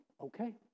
okay